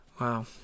Wow